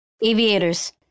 Aviators